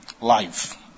Life